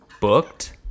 booked